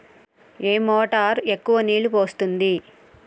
ఏ motor ఎక్కువ నీళ్లు పోస్తుంది?